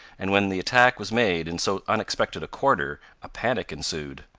and when the attack was made in so unexpected a quarter, a panic ensued.